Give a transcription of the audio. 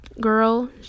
girl